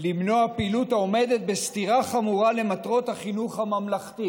למנוע פעילות העומדת בסתירה חמורה למטרות החינוך הממלכתי